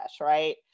right